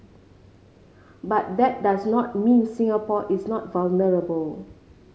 but that does not mean Singapore is not vulnerable